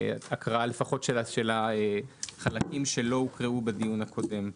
לפחות הקראה של החלקים שלא הוקראו בדיון הקודם.